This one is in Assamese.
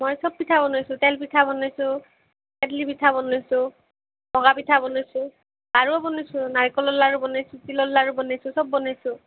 মই চব পিঠা বনাইছোঁ তেল পিঠা বনাইছোঁ কেটলি পিঠা বনাইছোঁ ভকা পিঠা বনাইছোঁ লাৰুও বনাইছোঁ নাৰিকলৰ লাৰু বনাইছোঁ তিলৰ লাৰু বনাইছোঁ চব বনাইছোঁ